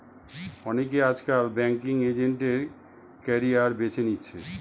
অনেকে আজকাল banking agent এর ক্যারিয়ার বেছে নিচ্ছে